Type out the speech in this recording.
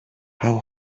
how